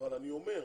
אבל אני אומר,